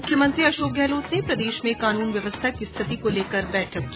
मुख्यमंत्री अशोक गहलोत ने प्रदेश में कानून व्यवस्था की स्थिति को लेकर बैठक की